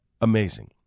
Amazing